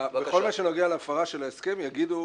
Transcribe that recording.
בכל מה שנוגע להפרה של ההסכם, יגידו